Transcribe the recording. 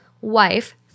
wife